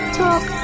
talk